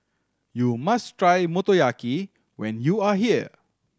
you must try Motoyaki when you are here